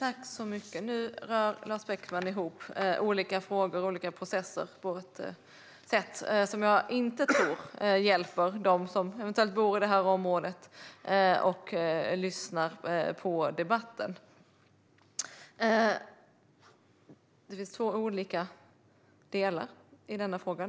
Fru talman! Nu rör Lars Beckman ihop olika frågor och olika processer på ett sätt som jag inte tror hjälper dem som bor i det här området och eventuellt lyssnar på debatten. Det finns två olika delar i denna fråga.